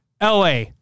LA